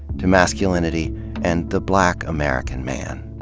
to masculinity and the black american man.